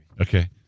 Okay